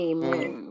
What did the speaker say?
Amen